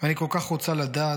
/ ואני כל כך רוצה לדעת,